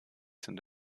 sind